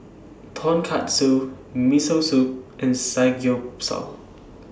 Tonkatsu Miso Soup and Samgyeopsal